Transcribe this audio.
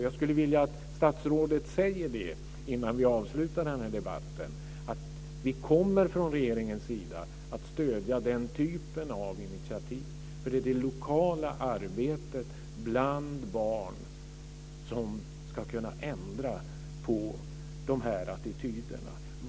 Jag skulle vilja att statsrådet säger innan vi avslutar den här debatten att man från regeringens sida kommer att stödja den typen av initiativ. Det är det lokala arbetet bland barn som ska kunna ändra på attityderna.